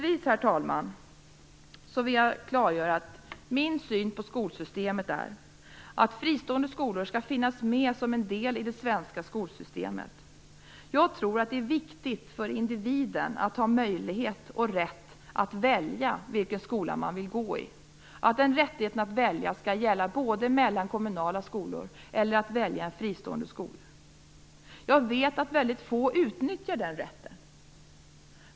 Avslutningsvis vill jag klargöra att min syn på skolsystemet är att fristående skolor skall finnas med som en del i det svenska skolsystemet. Jag tror att det är viktigt för individen att ha möjlighet och rätt att välja vilken skola man vill gå i. Den rättigheten att välja skall gälla både mellan kommunala skolor och fristående skolor. Jag vet att väldigt få utnyttjar den rätten.